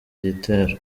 gitero